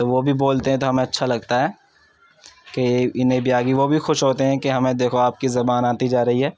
تو وہ بھی بولتے ہیں تو ہمیں اچھا لگتا ہے کہ انہیں بھی آگئی ہے وہ بھی خوش ہوتے ہیں کہ ہمیں دیکھو آپ کی زبان آتی جا رہی ہے